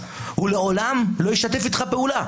הוא לעולם לא ישתף איתך פעולה.